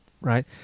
right